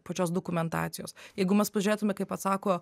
pačios dokumentacijos jeigu mes pažiūrėtume kaip atsako